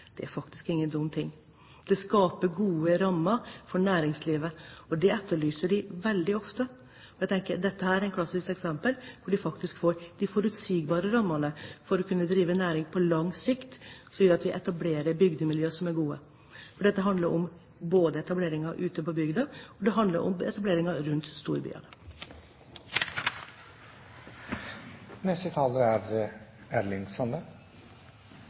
nabokommunen, er faktisk ingen dum ting. Det skaper gode rammer for næringslivet, og det etterlyser de veldig ofte. Jeg tenker at dette er et klassisk eksempel på at vi faktisk får de forutsigbare rammene for å kunne drive næring på lang sikt, fordi vi etablerer bygdemiljø som er gode. Dette handler om både etableringen ute på bygda, og det handler om etableringen rundt storbyene.